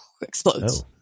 explodes